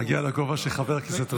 כן, להגיע לגובה של חבר הכנסת רוט.